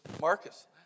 Marcus